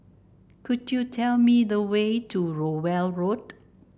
could you tell me the way to Rowell Road